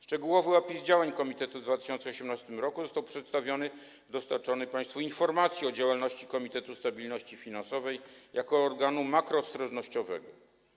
Szczegółowy opis działań komitetu w 2018 r. został przedstawiony i dostarczony państwu, to: informacja o działalności Komitetu Stabilności Finansowej jako organu makroostrożnościowego.